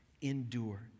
endure